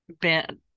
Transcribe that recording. Ben